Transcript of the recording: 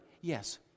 yes